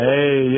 Hey